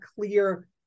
clear